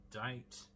date